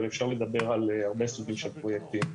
הרי אפשר לדבר על הרבה סוגים של פרויקטים,